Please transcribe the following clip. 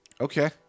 Okay